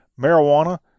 marijuana